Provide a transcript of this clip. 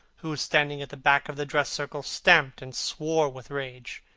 who was standing at the back of the dress-circle, stamped and swore with rage.